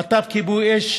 מטף כיבוי אש,